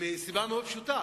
מסיבה מאוד פשוטה,